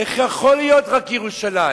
איך יכול להיות רק ירושלים?